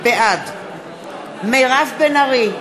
בעד מירב בן ארי,